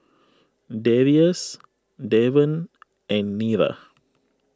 Darrius Davon and Nira